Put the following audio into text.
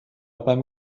beim